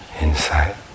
inside